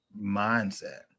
mindset